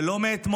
זה לא מאתמול,